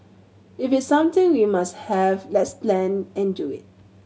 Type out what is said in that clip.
if it's something we must have let's plan and do it